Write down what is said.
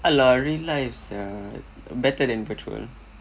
!alah! real life sia better than patrol